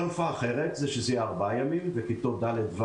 חלופה אחרת זה שזה יהיה 4 ימים וכיתות ד-ו